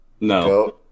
no